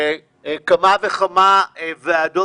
בכמה וכמה ועדות,